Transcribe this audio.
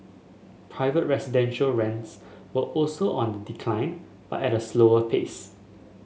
private residential rents were also on the decline but at a slower pace